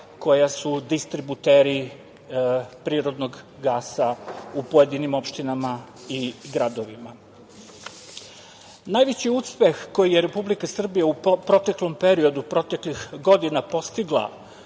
koja su distributeri prirodnog gasa u pojedinim opštinama i gradovima. Najveći uspeh koji je Republika Srbija u proteklom periodu, proteklih godina, postigla